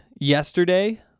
yesterday